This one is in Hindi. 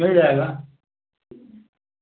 मिल जाएगा